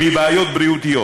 מבעיות בריאות.